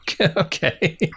okay